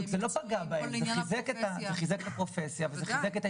כן, יש אצלי באגף יחידה שההתמחות